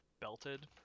belted